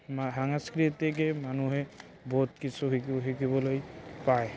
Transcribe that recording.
সাংস্কৃতিকেই মানুহে বহুত কিছু শিকি শিকিবলৈ পায়